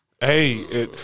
Hey